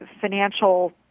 financial